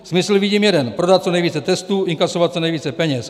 Smysl vidím jeden prodat co nejvíce testů, inkasovat co nejvíce peněz.